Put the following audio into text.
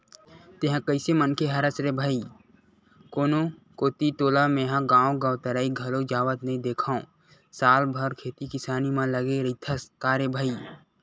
तेंहा कइसे मनखे हरस रे भई कोनो कोती तोला मेंहा गांव गवतरई घलोक जावत नइ देंखव साल भर खेती किसानी म लगे रहिथस का रे भई?